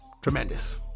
Tremendous